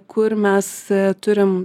kur mes turim